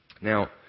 Now